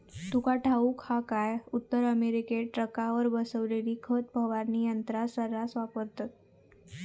तुका ठाऊक हा काय, उत्तर अमेरिकेत ट्रकावर बसवलेली खत फवारणी यंत्रा सऱ्हास वापरतत